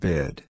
Bid